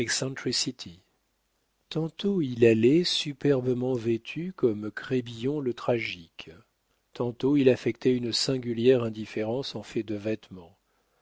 tantôt superbement vêtu comme crébillon le tragique tantôt il affectait une singulière indifférence en fait de vêtement